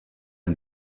and